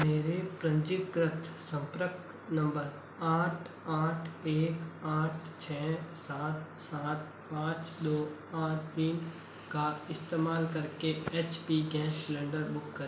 मेरे पंजीकृत संपर्क नंबर आठ आठ एक आठ छः सात सात पाँच दौ आठ तीन का इस्तेमाल करके H P gas cylinder book करें